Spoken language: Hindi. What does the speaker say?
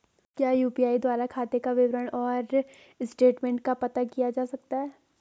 क्या यु.पी.आई द्वारा खाते का विवरण और स्टेटमेंट का पता किया जा सकता है?